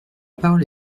parole